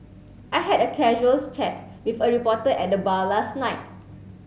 I had a casual chat with a reporter at the bar last night